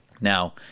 Now